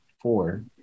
four